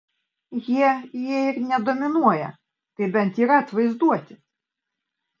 jie jei ir ne dominuoja tai bent yra atvaizduoti